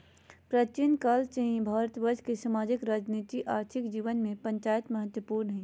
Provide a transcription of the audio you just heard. प्राचीन काल से ही भारतवर्ष के सामाजिक, राजनीतिक, आर्थिक जीवन में पंचायत महत्वपूर्ण हइ